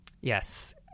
yes